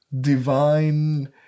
divine